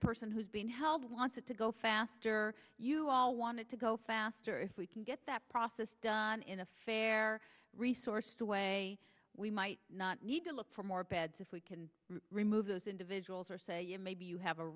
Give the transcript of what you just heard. person who's been held wants it to go faster you all wanted to go faster if we can get that process done in a fair resourced a way we might not need to look for more beds if we can remove those individuals or say maybe you have a